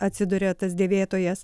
atsiduria tas dėvėtojas